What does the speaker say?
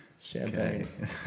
Champagne